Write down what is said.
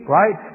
right